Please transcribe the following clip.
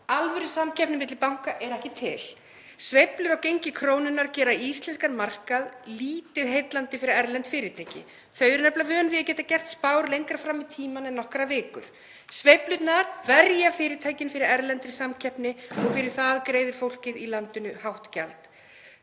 Alvörusamkeppni milli banka er ekki til. Sveiflur á gengi krónunnar gera íslenskan markað lítið heillandi fyrir erlend fyrirtæki. Þau eru nefnilega vön því að geta gert spár lengra fram í tímann en nokkrar vikur. Sveiflurnar verja fyrirtækin fyrir erlendri samkeppni og fyrir það greiðir fólkið í landinu hátt gjald.